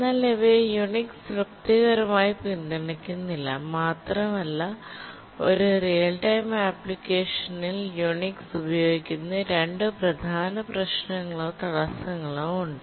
എന്നാൽ ഇവയെ യുണിക്സ് തൃപ്തികരമായി പിന്തുണയ്ക്കുന്നില്ല മാത്രമല്ല ഒരു റിയൽ ടൈം ആപ്ലിക്കേഷനിൽ യുണിക്സ് ഉപയോഗിക്കുന്നതിന് രണ്ട് പ്രധാന പ്രശ്നങ്ങളോ തടസ്സങ്ങളോ ഉണ്ട്